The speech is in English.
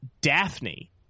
Daphne